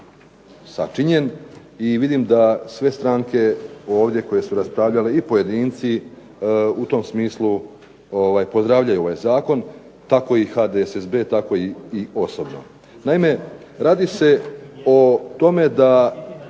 sačinjen. I vidim da sve stranke ovdje koje su raspravljale i pojedinci u tom smislu pozdravljaju ovaj zakon. Tako i HDSSB, tako i osobno. Naime, radi se o tome da